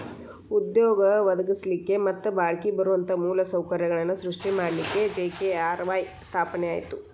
ಉದ್ಯೋಗ ಒದಗಸ್ಲಿಕ್ಕೆ ಮತ್ತ ಬಾಳ್ಕಿ ಬರುವಂತ ಮೂಲ ಸೌಕರ್ಯಗಳನ್ನ ಸೃಷ್ಟಿ ಮಾಡಲಿಕ್ಕೆ ಜಿ.ಕೆ.ಆರ್.ವಾಯ್ ಸ್ಥಾಪನೆ ಆತು